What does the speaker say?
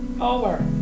over